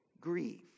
grieve